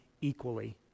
equally